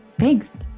thanks